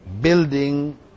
building